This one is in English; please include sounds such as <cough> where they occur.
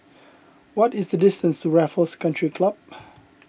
what is the distance to Raffles Country Club <noise>